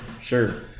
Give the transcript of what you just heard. sure